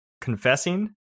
confessing